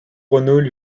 renault